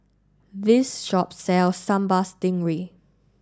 this shop sells Sambal Stingray